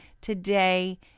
today